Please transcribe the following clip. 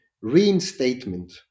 reinstatement